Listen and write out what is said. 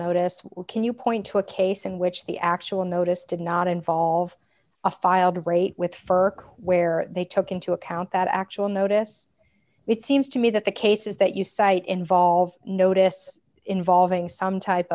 notice or can you point to a case in which the actual notice did not involve a filed rate with fur where they took into account that actual notice it seems to me that the cases that you cite involve notice involving some type